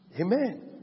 Amen